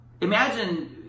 Imagine